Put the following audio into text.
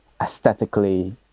aesthetically